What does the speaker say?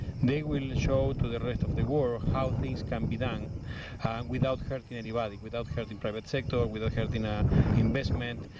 they will show to the rest of the world how things can be done without hurting anybody, without hurting private sector, without hurting ah investment,